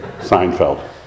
Seinfeld